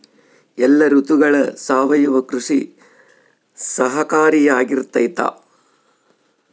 ಎಲ್ಲ ಋತುಗಳಗ ಸಾವಯವ ಕೃಷಿ ಸಹಕಾರಿಯಾಗಿರ್ತೈತಾ?